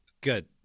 Good